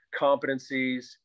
competencies